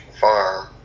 farm